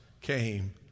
came